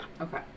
Okay